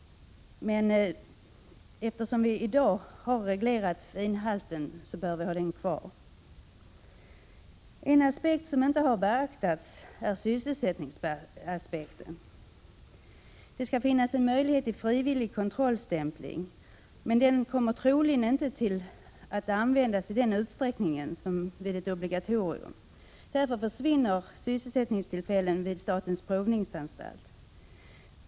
Eftersom finhalten i dag är reglerad bör den vara kvar. En aspekt som inte har beaktats är sysselsättningsaspekten. Det skall finnas en möjlighet till frivillig kontrollstämpling, men den kommer troligen inte att användas i samma utsträckning som vid ett obligatorium. Därmed försvinner sysselsättningstillfällen vid statens provningsanstalt.